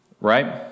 Right